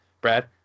brad